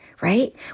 right